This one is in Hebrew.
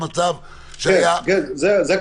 למצב שהיה --- כמובן,